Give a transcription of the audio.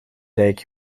dijk